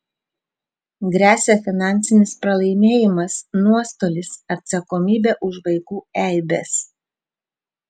gresia finansinis pralaimėjimas nuostolis atsakomybė už vaikų eibes